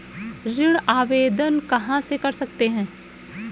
ऋण आवेदन कहां से कर सकते हैं?